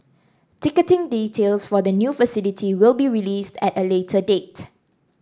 ticketing details for the new facility will be released at a later date